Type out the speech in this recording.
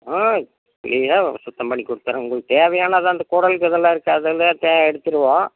ஆ க்ளீனாக சுத்தம் பண்ணிக் கொடுத்தர்றேன் உங்களுக்குத் தேவையான அதான் அந்த குடல் கிடல்லாம் இருக்கே அதெல்லாம் த எடுத்துருவோம்